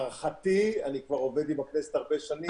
להערכתי, אני כבר עובד עם הכנסת הרבה שנים.